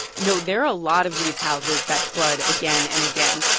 no. there are a lot of these houses that flood again and again.